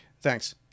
thanks